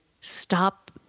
stop